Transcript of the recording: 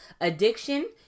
addiction